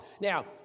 Now